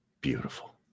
Beautiful